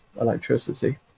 electricity